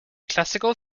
classical